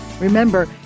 Remember